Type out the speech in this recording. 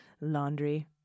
laundry